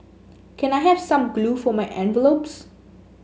can I have some glue for my envelopes